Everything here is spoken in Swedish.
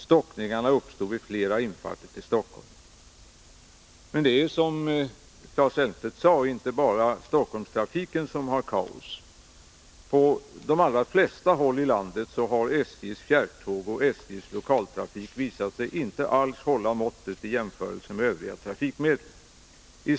Stockningar uppstod vid flera infarter till Stockholm.” Men som Claes Elmstedt sade är det inte bara Stockholmstrafiken som har kaos. På de allra flesta håll i landet har SJ:s fjärrtåg och SJ:s lokaltrafiktåg visat sig inte alls hålla måttet i jämförelse med övriga trafikmedel.